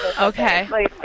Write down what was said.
Okay